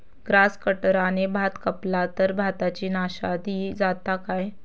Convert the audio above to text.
Grass कटराने भात कपला तर भाताची नाशादी जाता काय?